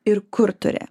ir kur turi